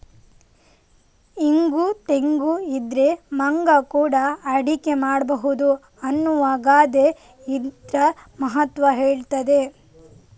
ಇಂಗು ತೆಂಗು ಇದ್ರೆ ಮಂಗ ಕೂಡಾ ಅಡಿಗೆ ಮಾಡ್ಬಹುದು ಅನ್ನುವ ಗಾದೆ ಇದ್ರ ಮಹತ್ವ ಹೇಳ್ತದೆ